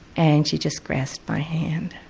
and she just grasped my hand.